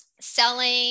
selling